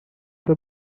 were